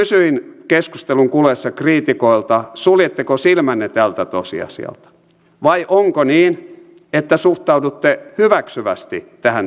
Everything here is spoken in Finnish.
kysyin keskustelun kuluessa kriitikoilta suljetteko silmänne tältä tosiasialta vai onko niin että suhtaudutte hyväksyvästi tähän tosiasiaan